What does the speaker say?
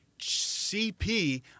CP